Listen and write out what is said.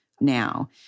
Now